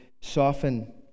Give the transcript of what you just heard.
soften